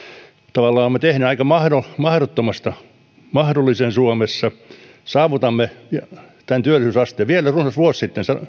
tavallaan me teemme aika mahdottomasta mahdollisen suomessa saavutamme tämän työllisyysasteen vielä runsas vuosi sitten